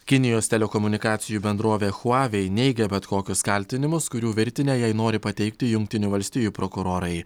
kinijos telekomunikacijų bendrovė huawei neigia bet kokius kaltinimus kurių virtinę jai nori pateikti jungtinių valstijų prokurorai